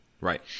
Right